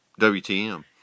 WTM